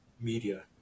media